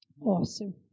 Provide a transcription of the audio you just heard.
Awesome